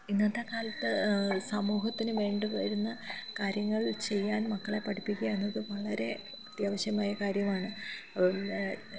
ഇന്നത്തെ കാലത്ത് സമൂഹത്തിന് വേണ്ടി വരുന്ന കാര്യങ്ങൾ ചെയ്യാൻ മക്കളെ പഠിപ്പിക്കുക എന്നത് വളരെ അത്യാവശ്യമായ കാര്യമാണ്